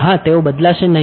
હા તેઓ બદલાશે નહીં